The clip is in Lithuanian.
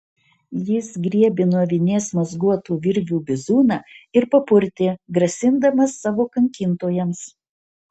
jis griebė nuo vinies mazguotų virvių bizūną ir papurtė grasindamas savo kankintojams